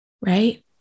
right